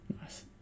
Nice